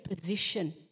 position